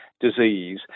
disease